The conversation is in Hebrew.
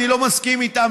אני לא מסכים איתם,